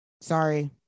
Sorry